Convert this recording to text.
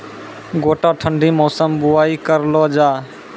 गोटा ठंडी मौसम बुवाई करऽ लो जा?